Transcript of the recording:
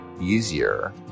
easier